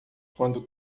quando